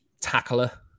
tackler